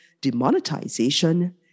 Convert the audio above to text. demonetization